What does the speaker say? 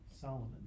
Solomon